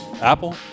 Apple